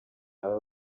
aba